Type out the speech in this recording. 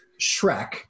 Shrek